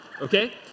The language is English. okay